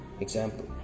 Example